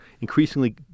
increasingly